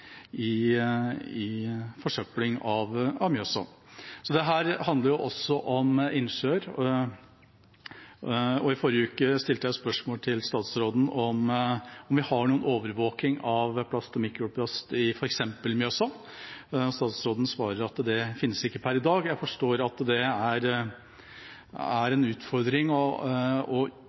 forsøpling av Mjøsa. Dette handler jo også om innsjøer. For to uker siden stilte jeg spørsmål til statsråden om vi har noen overvåking av plast og mikroplast i f.eks. Mjøsa. Statsråden svarte i forrige uke at det finnes ikke per i dag. Jeg forstår at det er en utfordring å utvikle slike overvåkingsprogrammer, men det er en